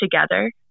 together